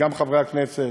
גם חברי הכנסת,